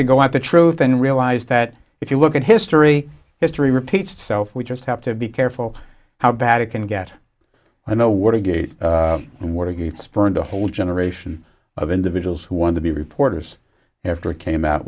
to go at the truth and realize that if you look at history history repeats itself we just have to be careful how bad it can get i know what he gave and watergate spurned a whole generation of individuals who wanted to be reporters and after it came out